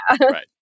Right